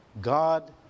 God